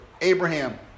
Abraham